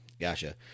Gotcha